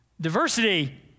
Diversity